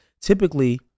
typically